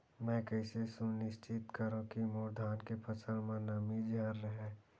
मैं कइसे सुनिश्चित करव कि मोर धान के फसल म नमी झन रहे?